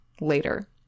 later